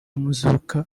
muzuka